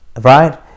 Right